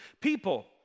people